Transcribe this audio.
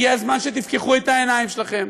הגיע הזמן שתפקחו את העיניים שלכם,